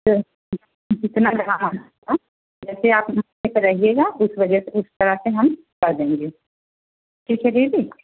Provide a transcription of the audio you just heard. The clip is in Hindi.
तो कितना जैसे आप मुझसे कराइएगा उस वजह से उस तरह से हम कर देंगे ठीक है दीदी